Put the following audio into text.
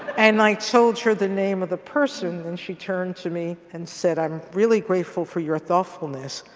and i told her the name of the person and she turned to me and said i'm really grateful for your thoughtfulness,